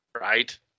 right